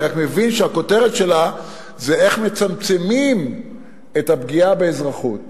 אני רק מבין שהכותרת שלה זה איך מצמצמים את הפגיעה באזרחות.